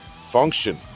function